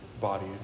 body